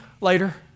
later